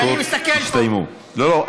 ואני מסתכל, לא.